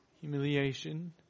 humiliation